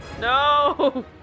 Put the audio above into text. No